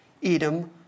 Edom